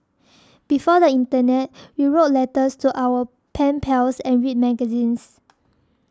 before the internet we wrote letters to our pen pals and read magazines